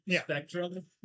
spectrum